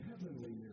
heavenly